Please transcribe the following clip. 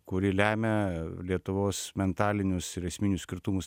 kuri lemia lietuvos mentalinius ir esminius skirtumus